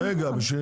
צריך